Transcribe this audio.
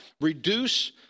Reduce